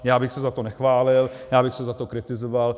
Já bych se za to nechválil, já bych se za to kritizoval.